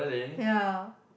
ya